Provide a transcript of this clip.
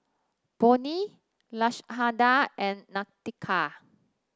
Bonnie Lashanda and Nautica